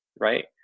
right